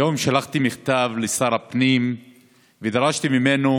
היום שלחתי מכתב לשר הפנים ודרשתי ממנו